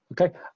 Okay